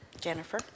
Jennifer